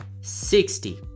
sixty